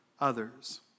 others